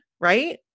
Right